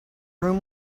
room